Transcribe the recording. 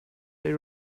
they